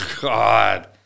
God